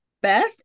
Beth